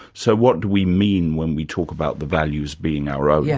so what do we mean when we talk about the values being our own? yeah